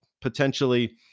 potentially